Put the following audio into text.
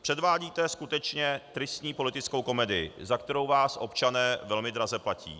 Předvádíte skutečně tristní politickou komedii, za kterou vás občané velmi draze platí.